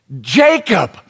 Jacob